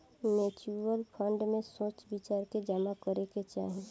mutual fund में सोच विचार के जामा करे के चाही